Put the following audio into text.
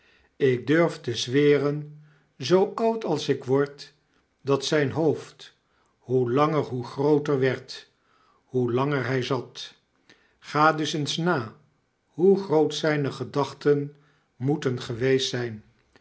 ik durf te zweren zoo oud als ik word dat zyn hoofd hoe langer hoe grooter werd hoe langer hy zat ga dus eens na hoe groot zyne gedachten moeten geweest zyn